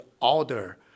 order